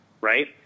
right